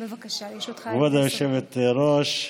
כבוד היושבת-ראש,